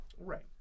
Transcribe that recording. right